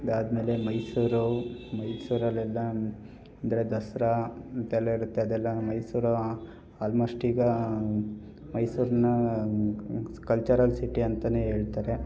ಅದಾದ್ಮೇಲೆ ಮೈಸೂರು ಮೈಸೂರಲ್ಲೆಲ್ಲ ಅಂದರೆ ದಸರಾ ಅಂತೆಲ್ಲ ಇರುತ್ತೆ ಅದೆಲ್ಲ ಮೈಸೂರು ಆಲ್ಮೋಸ್ಟ್ ಈಗ ಮೈಸೂರನ್ನ ಕಲ್ಚರಲ್ ಸಿಟಿ ಅಂತಲೇ ಹೇಳ್ತಾರೆ